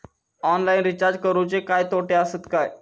Online recharge करुचे काय तोटे आसत काय?